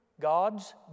God's